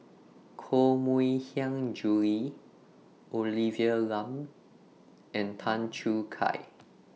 Koh Mui Hiang Julie Olivia Lum and Tan Choo Kai